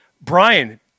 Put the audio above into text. Brian